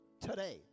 today